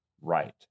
Right